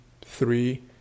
three